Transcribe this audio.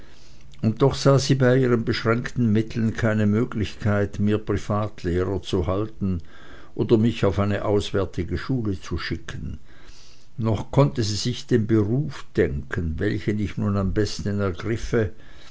und doch sah sie bei ihren beschränkten mitteln keine möglichkeit mir privatlehrer zu halten oder mich auf eine auswärtige schule zu schicken noch konnte sie sich den beruf denken welchen ich nun am besten ergriffe